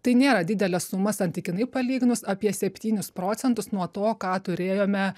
tai nėra didelė suma santykinai palyginus apie septynis procentus nuo to ką turėjome